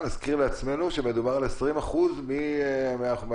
נזכיר לעצמנו שמדובר על 20% מהרשימה.